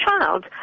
child